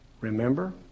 remember